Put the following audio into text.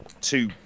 two